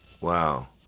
Wow